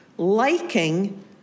Liking